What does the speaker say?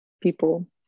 people